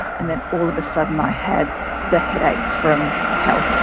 and then all of a sudden i had the headache from hell,